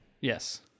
Yes